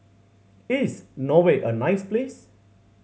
is Norway a nice place